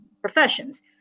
professions